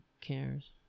cares